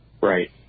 Right